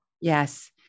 Yes